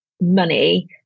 money